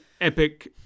epic